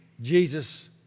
Jesus